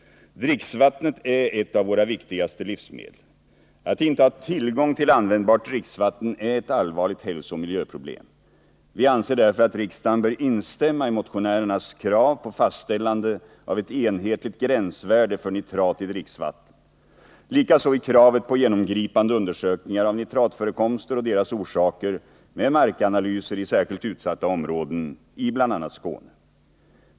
Dricksvattnet är ett av våra viktigaste livsmedel. Att inte ha tillgång till användbart dricksvatten är ett allvarligt hälsooch miljöproblem. Vi anser därför att riksdagen bör instämma i motionärernas krav på fastställande av ett enhetligt gränsvärde för nitrat i dricksvatten och likaså i kravet på genomgripande undersökningar av nitratförekomster och deras orsaker med markanalyser i särskilt utsatta områden i bl.a. Skåne.